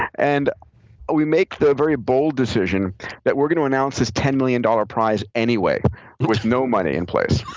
and we make the very bold decision that we're going to announce this ten million dollars price anyway with no money in place.